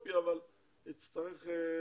אמרתי חבר העמים.